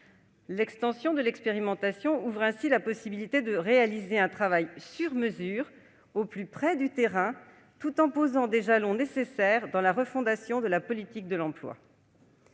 L'extension de l'expérimentation ouvre ainsi la possibilité de réaliser un travail sur mesure, au plus près du terrain, tout en posant des jalons nécessaires dans la refondation de la politique de l'emploi.